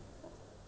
முதல்:muthal